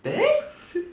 then